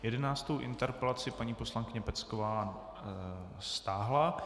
Jedenáctou interpelaci paní poslankyně Pecková stáhla.